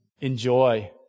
enjoy